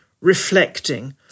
reflecting